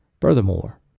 Furthermore